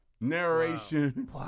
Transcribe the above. Narration